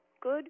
Good